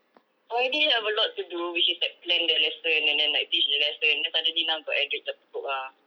already have a lot to do which is like plan the lesson and then like teach the lesson then suddenly now got added job scope ah